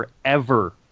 forever